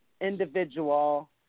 individual